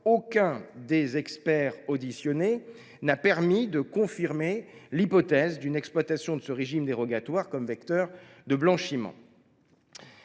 aucun des experts auditionnés n’a permis de confirmer l’hypothèse d’une exploitation de ce régime dérogatoire comme vecteur de blanchiment.